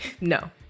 no